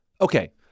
Okay